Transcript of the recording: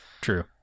true